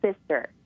sister